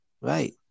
right